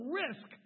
risk